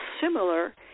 similar